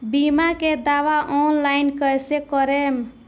बीमा के दावा ऑनलाइन कैसे करेम?